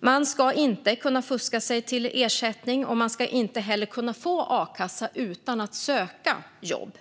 Man ska inte kunna fuska sig till ersättning, och man ska heller inte kunna få a-kassa utan att söka jobb.